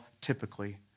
typically